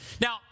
Now